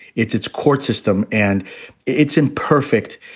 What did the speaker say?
it's its court system, and it's imperfect.